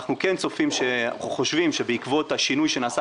אנחנו כן חושבים שבעקבות השינוי שנעשה